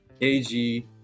ag